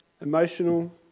Emotional